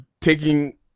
taking